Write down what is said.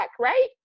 Right